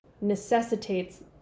necessitates